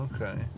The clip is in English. Okay